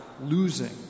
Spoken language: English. losing